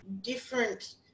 different